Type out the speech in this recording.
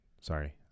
sorry